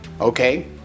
Okay